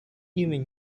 even